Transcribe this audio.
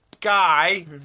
guy